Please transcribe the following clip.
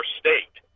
state